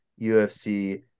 UFC